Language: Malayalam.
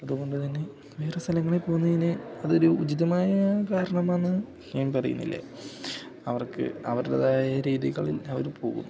അതുകൊണ്ടു തന്നെ വേറെ സ്ഥലങ്ങളിൽ പോകുന്നതിന് അതൊരു ഉചിതമായ കാരണമാണെന്നു ഞാൻ പറയുന്നില്ല അവർക്ക് അവരുടേതായ രീതികളിൽ അവര് പോകുന്നു അത്രോള്ളു